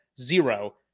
zero